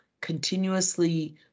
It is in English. continuously